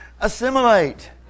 assimilate